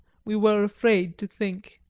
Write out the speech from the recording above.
we were afraid to think.